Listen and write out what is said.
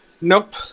Nope